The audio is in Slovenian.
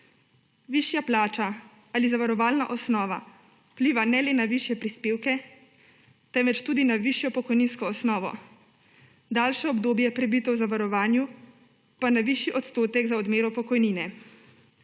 Višja plača ali zavarovalna osnova vpliva ne le na višje prispevke, temveč tudi na višjo pokojninsko osnovo, daljše obdobje, prebito v zavarovanju, pa na višji odstotek za odmero pokojnine.